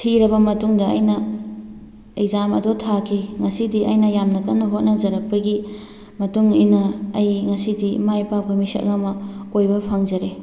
ꯊꯤꯔꯕ ꯃꯇꯨꯡꯗ ꯑꯩꯅ ꯑꯦꯛꯖꯥꯝ ꯑꯗꯨ ꯊꯥꯈꯤ ꯉꯁꯤꯗꯤ ꯑꯩꯅ ꯌꯥꯝꯅ ꯀꯟꯅ ꯍꯣꯠꯅꯖꯔꯛꯄꯒꯤ ꯃꯇꯨꯡꯏꯟꯅ ꯑꯩ ꯉꯁꯤꯗꯤ ꯃꯥꯏ ꯄꯥꯛꯄ ꯃꯤꯁꯛ ꯑꯃ ꯑꯣꯏꯕ ꯐꯪꯖꯔꯦ